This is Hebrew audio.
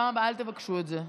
בפעם הבאה אל תבקשו את זה.